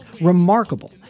Remarkable